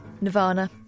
Nirvana